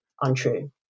untrue